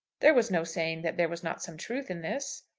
there was no saying that there was not some truth in this?